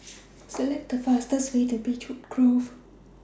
Select The fastest Way to Beechwood Grove